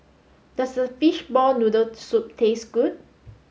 does Fishball Noodle Soup taste good